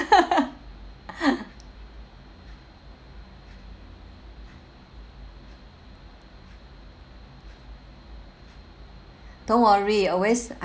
don't worry always